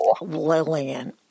Lillian